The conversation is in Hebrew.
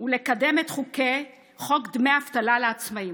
ולקדם את חוק דמי אבטלה לעצמאים,